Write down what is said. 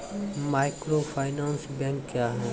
Microfinance bank क्या हैं?